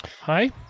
Hi